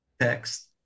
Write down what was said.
text